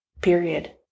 Period